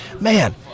man